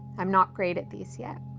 i'm not great at these yet.